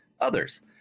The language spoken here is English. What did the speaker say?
others